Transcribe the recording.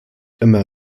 immer